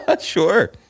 sure